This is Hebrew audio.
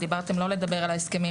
דיברתם לא לדבר על ההסכמים,